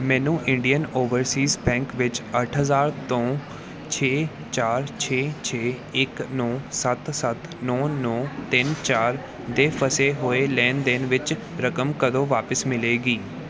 ਮੈਨੂੰ Indian Overseas Bank ਵਿੱਚ ਅੱਠ ਹਜ਼ਾਰ ਤੋਂ ਛੇ ਚਾਰ ਛੇ ਛੇ ਇੱਕ ਨੌਂ ਸੱਤ ਸੱਤ ਨੌਂ ਨੌਂ ਤਿੰਨ ਚਾਰ ਦੇ ਫਸੇ ਹੋਏ ਲੈਣ ਦੇਣ ਵਿੱਚ ਰਕਮ ਕਦੋਂ ਵਾਪਸ ਮਿਲੇਗੀ